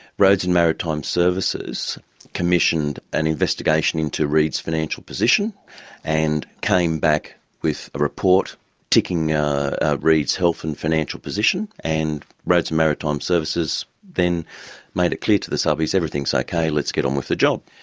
roads and maritime services commissioned an investigation into reed's financial position and came back with a report ticking reed's health and financial position, and roads and maritime services then made it clear to the subbies, everything's ok, let's get on with the job.